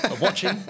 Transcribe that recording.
watching